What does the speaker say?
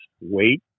wait